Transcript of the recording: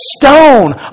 stone